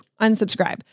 unsubscribe